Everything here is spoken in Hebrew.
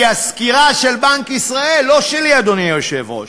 כי הסקירה של בנק ישראל, לא שלי, אדוני היושב-ראש,